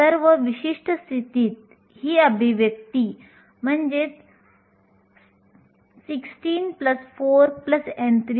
तर जाळी स्थिरतेच्या दृष्टीने प्रवाह केलेले अंतर 230